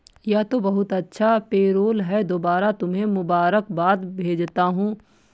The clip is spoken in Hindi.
यह तो बहुत अच्छा पेरोल है दोबारा तुम्हें मुबारकबाद भेजता हूं